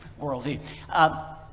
worldview